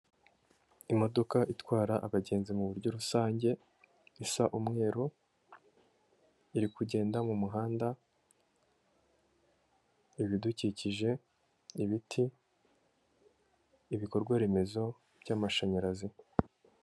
Imodoka itwara abagenzi mu buryo rusange isa umweru, iri kugenda mu muhanda, ibidukikije, ibiti, ibikorwaremezo by'amashanyarazi.